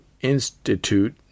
institute